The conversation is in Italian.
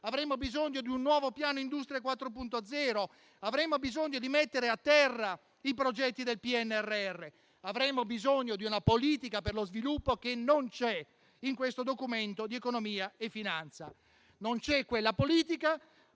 Avremmo bisogno di un nuovo piano Industria 4.0. Avremmo bisogno di mettere a terra i progetti del PNRR. Avremmo bisogno di una politica per lo sviluppo che non c'è in questo Documento di economia e finanza. Non c'è quella politica,